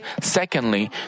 Secondly